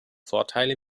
vorteile